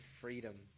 freedom